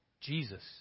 Jesus